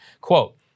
Quote